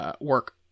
work